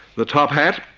the top hat,